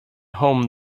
home